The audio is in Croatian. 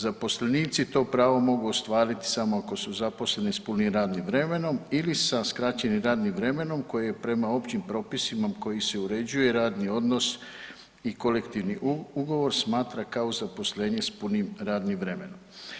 Zaposlenici to pravo mogu ostvariti samo ako su zaposleni s punim radnim vremenom ili sa skraćenim radnim vremenom koje je prema općim propisima kojim se uređuje radni odnos i kolektivni ugovor smatra kao zaposlenje s punim radnim vremenom.